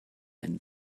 wenn